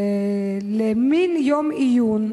למין יום עיון,